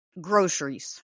groceries